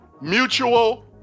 mutual